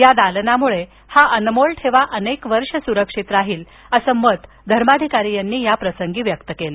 या दालनामुळे हा अनमोल ठेवा अनेक वर्ष सुरक्षित राहील असं मत धर्माधिकारी यांनी या प्रसंगी व्यक्त केले